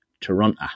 Toronto